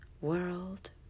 world